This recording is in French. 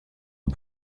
aux